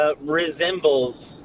Resembles